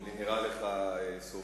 אני נראה לך סובל?